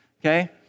Okay